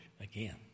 again